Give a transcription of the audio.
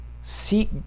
seek